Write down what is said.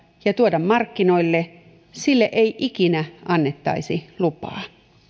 ja tuoda markkinoille sille ei ikinä annettaisi lupaa